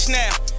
now